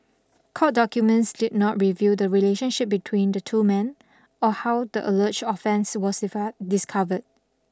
court documents did not reveal the relationship between the two men or how the alleged offence was effect discovered